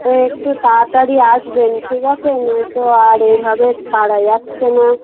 হ্যাঁ একটু তাড়াতাড়ি আসবেন ঠিক আছে নয়তো আর এভাবে পারা যাচ্ছে না